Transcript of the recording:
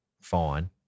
fine